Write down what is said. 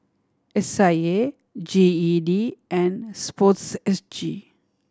S I A G E D and Sport S G